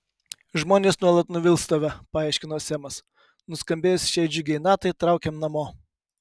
žmonės nuolat nuvils tave paaiškino semas nuskambėjus šiai džiugiai natai traukiam namo